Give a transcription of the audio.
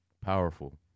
powerful